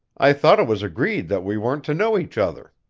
i thought it was agreed that we weren't to know each other.